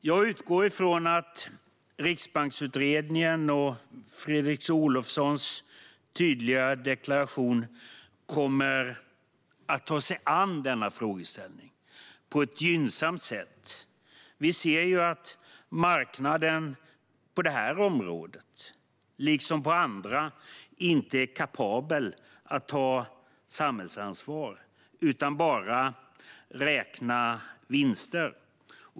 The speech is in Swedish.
Jag utgår från att man utifrån Riksbanksutredningen och Fredrik Olovssons tydliga deklaration kommer att ta sig an denna frågeställning på ett gynnsamt sätt. Vi ser att marknaden på det här området, liksom på andra, inte är kapabel att ta samhällsansvar utan bara räknar vinster.